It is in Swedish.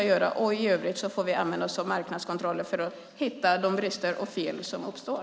I övrigt får vi använda oss av marknadskontroller för att hitta de brister och fel som uppstår.